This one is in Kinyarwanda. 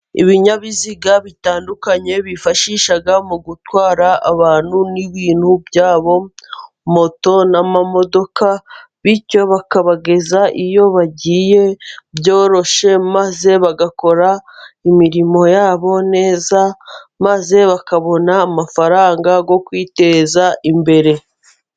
Ibinyabiziga bitandukanye bifashisha mu gutwara abantu n'ibintu byabo, moto n'amamodoka, bityo bakabageza iyo bagiye byoroshye, maze bagakora imirimo yabo neza, maze bakabona amafaranga yo kwiteza imbere.